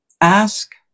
ask